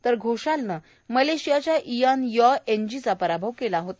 तर घोषालनं मलेशियाच्या इयान यॉ एनजीचा पराभव केला होता